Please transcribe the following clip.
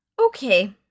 Okay